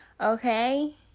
okay